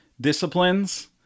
disciplines